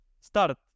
start